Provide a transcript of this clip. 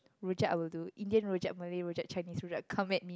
rojak I will do Indian rojak Malay rojak Chinese rojak come it